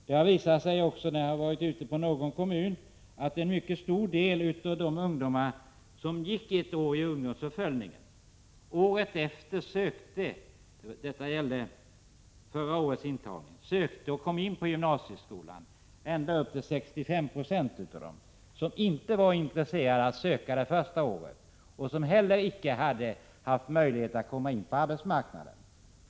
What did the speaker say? När jag varit ute och rest har jag upplevt att det i någon kommun vid förra årets intagning varit så, att en mycket stor del av de ungdomar som under ett år omfattades av ungdomsuppföljningen året därefter sökte till och även kom in på gymnasieskolan. Det gällde så många som 65 26 av de ungdomar som inte var intresserade av att söka till gymnasieskolan under det första året och som heller icke hade haft möjlighet att komma in på arbetsmarknaden.